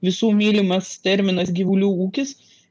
visų mylimas terminas gyvulių ūkis